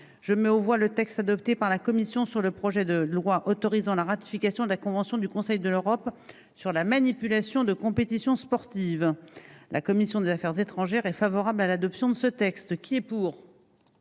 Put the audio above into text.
je mets aux voix le texte adopté par la commission sur le projet de loi autorisant la ratification de la convention du Conseil de l'Europe sur la manipulation de compétitions sportives, la commission des Affaires étrangères est favorable à l'adoption de ce texte qui est pour,